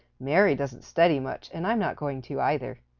mary doesn't study much and i'm not going to either.